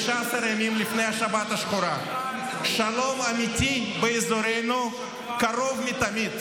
15 ימים לפני השבת השחורה: שלום אמיתי באזורנו קרוב מתמיד,